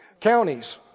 counties